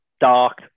dark